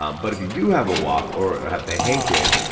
um but if you do have a wok or have the hankering,